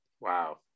Wow